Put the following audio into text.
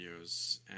videos